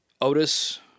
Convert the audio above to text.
Otis